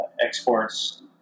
exports